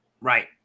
Right